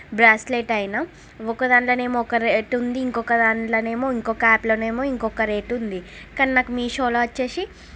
bracelet అయినా ఒక దాంట్లో ఏమో ఒక రేటు ఉంది ఇంకొక దాంట్లో ఇంకొక యాప్లోనేమో ఇంకొక రేట్ ఉంది కానీ నాకు మీషోలో వచ్చి